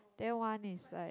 then one is like